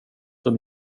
för